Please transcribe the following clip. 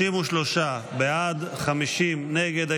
33 בעד, 50 נגד.